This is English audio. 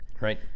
Right